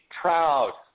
proud